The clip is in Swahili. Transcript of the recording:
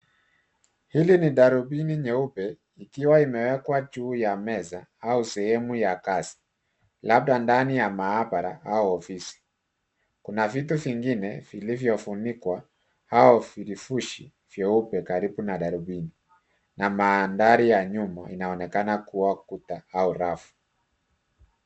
Hili ni darubini nyeupe, ikiwa imewekwa juu ya meza au sehemu ya kazi, labda ndani ya mahabara au ofisi. Kuna vitu vingine vilivyofunikwa au virefushi vyeupe karibu na darubini, na mandhari ya nyuma inaonekana kuwa kuta au rafu.